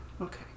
Okay